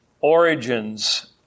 origins